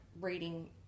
reading